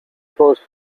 closed